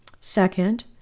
Second